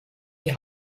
die